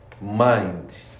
mind